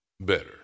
better